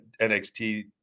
NXT